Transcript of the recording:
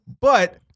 but-